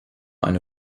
eine